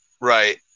Right